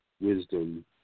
wisdom